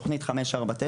תוכנית 549,